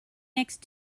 next